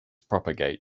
propagate